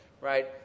right